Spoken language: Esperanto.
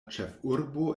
ĉefurbo